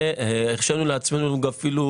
הרשינו לעצמנו אפילו